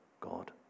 God